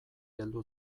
heldu